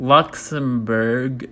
Luxembourg